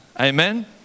Amen